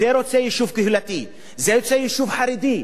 זה רוצה יישוב קהילתי, זה רוצה יישוב חרדי.